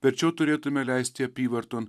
verčiau turėtume leisti apyvarton